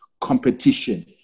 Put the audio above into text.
competition